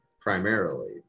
primarily